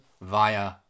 via